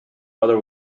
mother